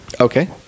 Okay